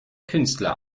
künstler